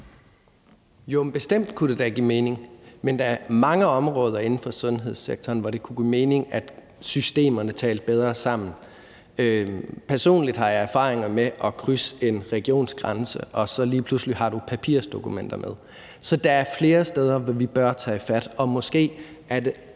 Jo, det kunne da bestemt give mening, men der er mange områder inden for sundhedssektoren, hvor det kunne give mening at systemerne talte bedre sammen. Personligt har jeg erfaringer med at krydse en regionsgrænse og så lige pludselig have papirdokumenter med. Så der er flere steder, hvor vi bør tage fat, og måske bør vi